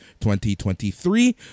2023